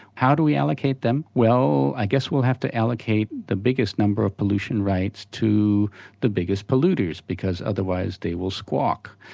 how do we allocate them? well i guess we'll have to allocate the biggest number of pollution rights to the biggest polluters because otherwise they will squawk.